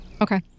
Okay